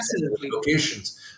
locations